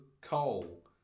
coal